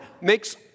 makes